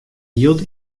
jild